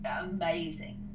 amazing